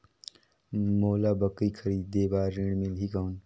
मोला बकरी खरीदे बार ऋण मिलही कौन?